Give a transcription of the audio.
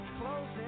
Closing